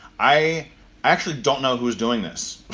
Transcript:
i actually don't know who's doing this,